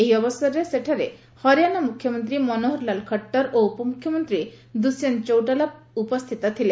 ଏହି ଅବସରରେ ସେଠାରେ ହରିଆଣା ମୁଖ୍ୟମନ୍ତ୍ରୀ ମନୋହର ଲାଲ୍ ଖଟ୍ଟର ଓ ଉପମୁଖ୍ୟମନ୍ତ୍ରୀ ଦୁଶ୍ୟନ୍ତ ଚୌଟାଲା ଉପସ୍ଥିତ ଥିଲେ